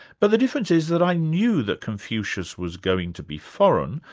but the difference is that i knew that confucius was going to be foreign,